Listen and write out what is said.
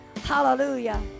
Hallelujah